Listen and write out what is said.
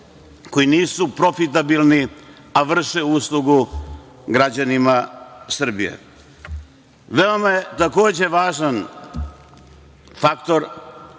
koji nisu profitabilni, a vrše uslugu građanima Srbije. Takođe, veoma je važan faktor